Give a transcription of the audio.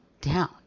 down